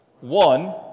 One